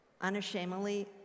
unashamedly